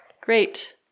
Great